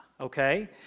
okay